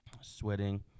sweating